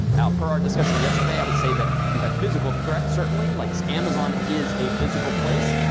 per our discussion yesterday, i would say that you have physical threats certainly. like, amazon is a physical place.